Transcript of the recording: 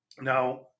Now